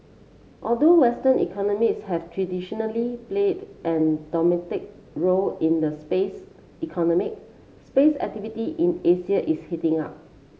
although western economies have traditionally played a dominant role in the space economy space activity in Asia is heating up